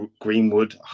Greenwood